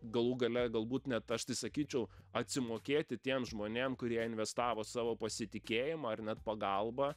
galų gale galbūt net aš tai sakyčiau atsimokėti tiem žmonėm kurie investavo savo pasitikėjimą ar net pagalbą